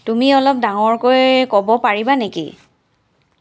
তুমি অলপ ডাঙৰকৈ ক'ব পাৰিব নেকি